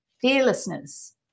Fearlessness